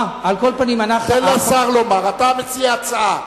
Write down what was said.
אתה מציע הצעה.